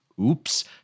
Oops